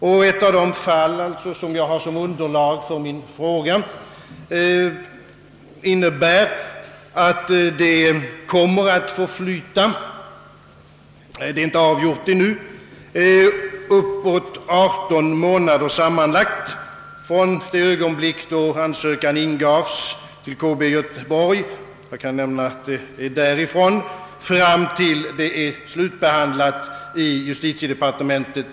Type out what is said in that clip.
I ett av de fall som utgör underlag för min fråga innebär den nuvarande handläggningsordningen att det kommer att förflyta ärendet är ännu inte avgjort — uppåt 18 månader från det ögonblick då ansökningen ingavs till KB i Göteborg fram till slutbehandlingen i justitiedepartementet.